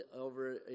over